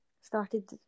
started